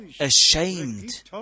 ashamed